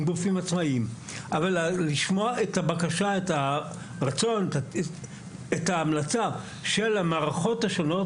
את הרצון ואת ההמלצה של המערכות השונות,